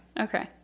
Okay